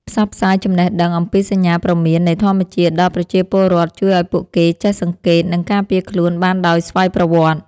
ផ្សព្វផ្សាយចំណេះដឹងអំពីសញ្ញាព្រមាននៃធម្មជាតិដល់ប្រជាពលរដ្ឋជួយឱ្យពួកគេចេះសង្កេត និង ការពារខ្លួនបានដោយស្វ័យប្រវត្តិ។